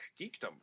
geekdom